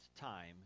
time